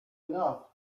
enough